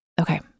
Okay